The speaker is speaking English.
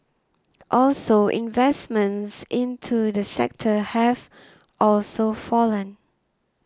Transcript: also investments into the sector have also fallen